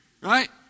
right